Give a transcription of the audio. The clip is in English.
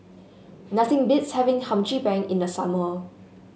nothing beats having Hum Chim Peng in the summer